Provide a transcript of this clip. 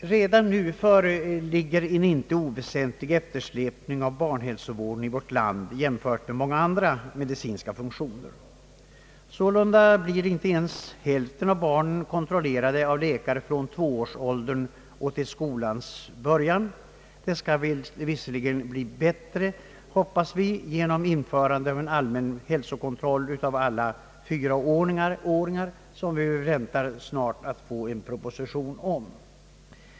Redan nu föreligger en inte oväsentlig eftersläpning av barnhälsovården i vårt land jämfört med många andra medicinska funktioner. Sålunda blir inte ens hälften av barnen kontrollerade av läkare från tvåårsåldern till skolans början. Vi hoppas visserligen att förhållandena skall förbättras genom införande av en allmän hälsokontroll av alla fyraåringar, vilket vi väntar att snart få en proposition om.